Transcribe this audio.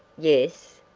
yes?